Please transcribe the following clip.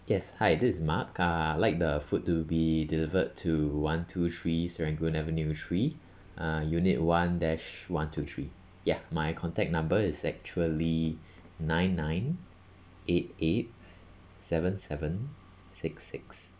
yes hi this is mark uh I like the food to be delivered to one two three serangoon avenue three uh unit one dash one two three ya my contact number is actually nine nine eight eight seven seven six six